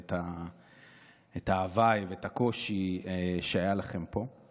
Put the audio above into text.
את ההווי ואת הקושי שהיו לכם פה,